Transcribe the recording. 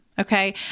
Okay